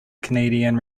canadian